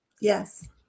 Yes